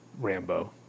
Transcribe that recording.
Rambo